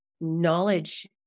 knowledge